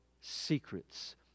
secrets